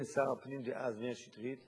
בין שר הפנים דאז מאיר שטרית